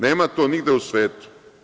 Nema to nigde u svetu.